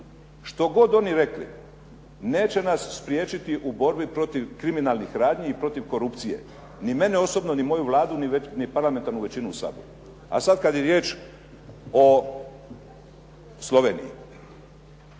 što god oni rekli neće nas spriječiti u borbi protiv kriminalnih radnji i protiv korupcije. Ni mene osobno, ni moju Vladu, ni parlamentarnu većinu u Saboru. A sad kad je riječ o Sloveniji.